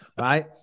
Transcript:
Right